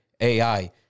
AI